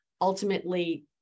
ultimately